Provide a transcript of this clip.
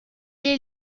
est